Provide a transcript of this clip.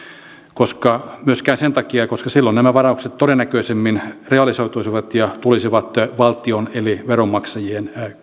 myöskään sen takia että silloin nämä varaukset todennäköisemmin realisoituisivat ja tulisivat valtion eli veronmaksajien